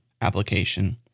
application